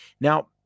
Now